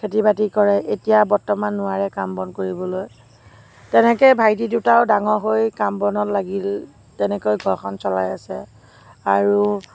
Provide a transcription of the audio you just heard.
খেতি বাতি কৰে এতিয়া বৰ্তমান নোৱাৰে কাম বন কৰিবলৈ তেনেকৈ ভাইটি দুটাও ডাঙৰ হৈ কাম বনত লাগিল তেনেকৈ ঘৰখন চলাই আছে আৰু